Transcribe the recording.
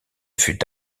fut